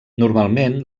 normalment